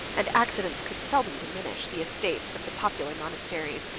and accidents could seldom diminish, the estates of the popular monasteries,